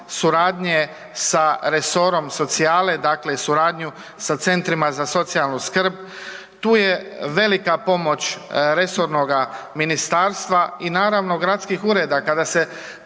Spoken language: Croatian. suradnje sa resorom socijalne, dakle suradnju sa centrima za socijalnu skrb. Tu je velika pomoć resornoga ministarstva i naravno gradskih ureda kada se